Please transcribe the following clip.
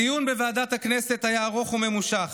הדיון בוועדת הכנסת היה ארוך וממושך.